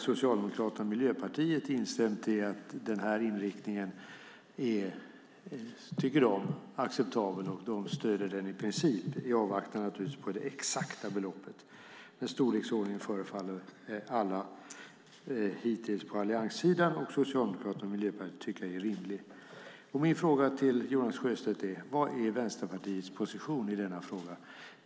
Socialdemokraterna och Miljöpartiet har instämt i att denna inriktning är acceptabel, och de stöder den i princip i avvaktan på det exakta beloppet. Storleksordningen förefaller alla på allianssidan, Socialdemokraterna och Miljöpartiet tycka är rimlig. Vad är Vänsterpartiets position i denna fråga?